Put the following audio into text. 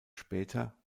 später